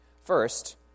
First